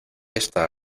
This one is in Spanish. esta